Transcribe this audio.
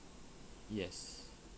yes